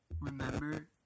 Remember